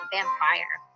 Vampire